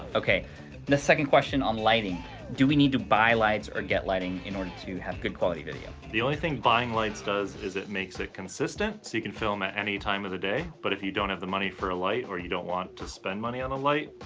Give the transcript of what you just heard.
okay, the second question on lighting do we need to buy lights or get lighting in order to have good quality video? the only thing buying lights does is it makes it consistent, so you can film at any time of the day, but if you don't have the money for a light, or you don't want to spend money on a light,